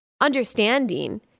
understanding